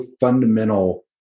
fundamental